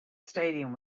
stadium